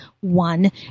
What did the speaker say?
one